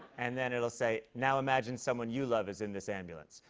and then it'll say, now imagine someone you love is in this ambulance.